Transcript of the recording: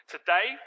Today